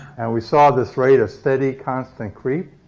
and we saw this rate of steady, constant creep,